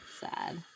Sad